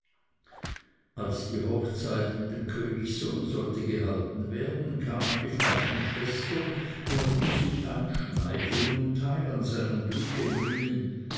als die hochzeit mit dem königssohn sollte gehalten werden kamen die falschen schwestern wollten sich einschmeicheln und teil an seinem glück nehmen